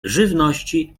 żywności